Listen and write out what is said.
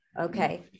Okay